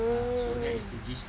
ah so that is the gist lah